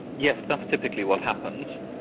yes. that's typically what happens.